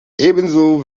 ebenso